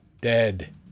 dead